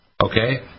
Okay